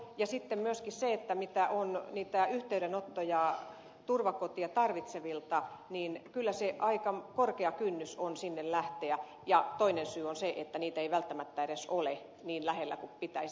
ja sitten myöskin mitä on tullut yhteydenottoja turvakotia tarvitsevilta niin kyllä se aika korkea kynnys on sinne lähteä ja toinen syy on se että niitä ei välttämättä edes ole niin lähellä kuin pitäisi